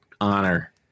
honor